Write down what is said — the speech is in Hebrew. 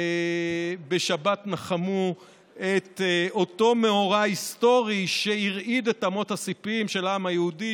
בשבת נחמו את אותו מאורע היסטורי שהרעיד את אמות הסיפים של העם היהודי,